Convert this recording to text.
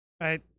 right